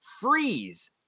freeze